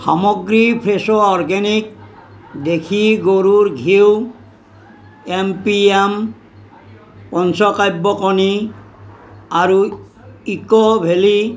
সামগ্ৰী fresho organic দেশী গৰুৰ ঘিউ এম পি এম পঞ্চকাব্য কণী আৰু ইক' ভেলী